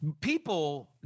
people